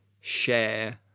share